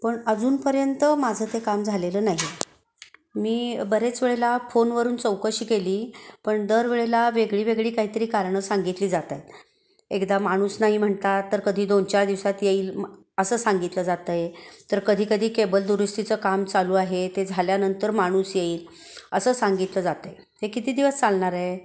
पण अजूनपर्यंत माझं ते काम झालेलं नाही मी बरेच वेळेला फोनवरून चौकशी केली पण दर वेळेला वेगळी वेगळी काहीतरी कारणं सांगितली जात आहेत एकदा माणूस नाही म्हणतात तर कधी दोन चार दिवसात येईल मग असं सांगितलं जातं आहे तर कधीकधी केबल दुरुस्तीचं काम चालू आहे ते झाल्यानंतर माणूस येईल असं सांगितलं जातं आहे ते किती दिवस चालणार आहे